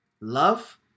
Love